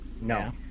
No